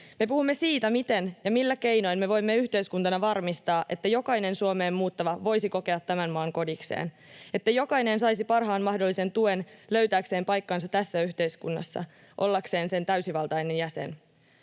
Me puhumme siitä, miten ja millä keinoin me voimme yhteiskuntana varmistaa, että jokainen Suomeen muuttava voisi kokea tämän maan kodikseen, että jokainen saisi parhaan mahdollisen tuen löytääkseen paikkansa tässä yhteiskunnassa, ollakseen sen täysivaltainen jäsen.